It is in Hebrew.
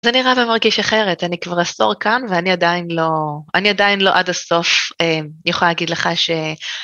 זה נראה ומרגיש אחרת, אני כבר עשור כאן ואני עדיין לא... אני עדיין לא עד הסוף יכולה להגיד לך ש...